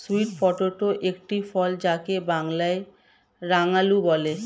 sweet potato একটি ফল যাকে বাংলায় রাঙালু বলে